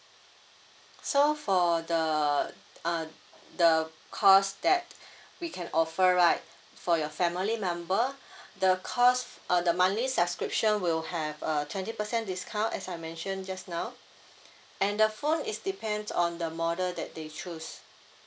so for the uh the cost that we can offer right for your family member the cost uh the monthly subscription will have a twenty percent discount as I mentioned just now and the phone is depends on the model that they choose